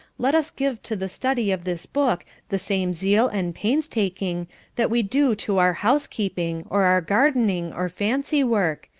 let us give to the study of this book the same zeal and painstaking that we do to our housekeeping, or our gardening or fancy work,